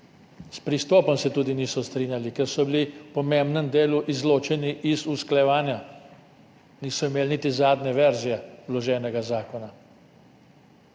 S pristopom se tudi niso strinjali, ker so bili v pomembnem delu izločeni iz usklajevanja. Niso imeli niti zadnje verzije vloženega zakona